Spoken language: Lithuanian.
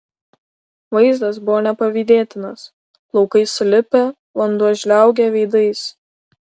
vaizdas buvo nepavydėtinas plaukai sulipę vanduo žliaugia veidais